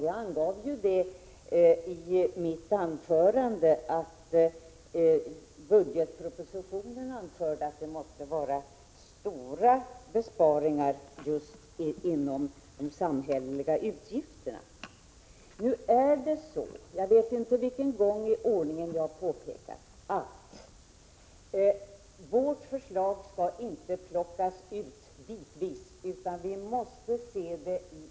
Jag sade i mitt anförande att det i budgetpropositionen framhålls att det måste göras stora besparingar när det gäller de samhälleliga utgifterna. Jag vet inte för vilken gång i ordningen jag nu påpekar att vårt förslag inte får plockas sönder i de olika beståndsdelarna utan måste ses i sin helhet.